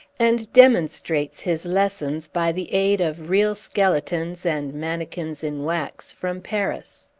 and demonstrates his lessons by the aid of real skeletons, and manikins in wax, from paris.